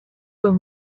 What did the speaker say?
were